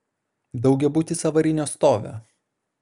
daugiabutis avarinio stovio